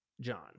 John